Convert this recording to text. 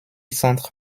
centre